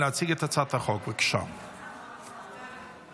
הצעת חוק לתיקון פקודת מס